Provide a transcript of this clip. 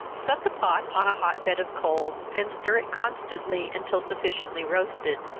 set the pot on a hot bed of coals, and stir it constantly, until sufficiently roasted,